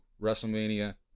WrestleMania